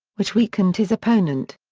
which weakened his opponent.